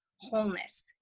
wholeness